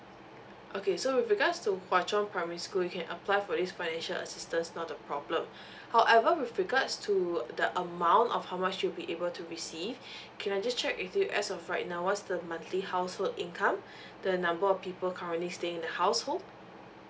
okay so with regards to hua chong primary school you can apply for this financial assistance not the problem however with regards to the amount of how much you'll be able to receive can I just check with you as of right now what's the monthly household income the number of people currently staying in the household